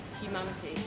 humanity